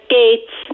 gates